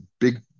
big